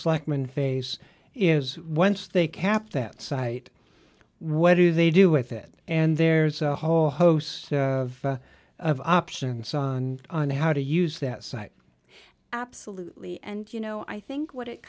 selectmen face is once they kept that site what do they do with it and there's a whole host of options son on how to use that site absolutely and you know i think what it